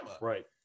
Right